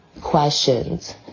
questions